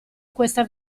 questa